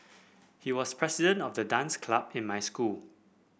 he was president of the dance club in my school